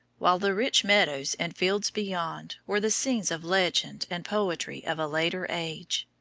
while the rich meadows and fields beyond were the scenes of legend and poetry of a later age.